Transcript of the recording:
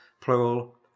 plural